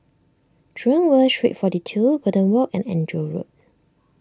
Jurong West Street forty two Golden Walk and Andrew Road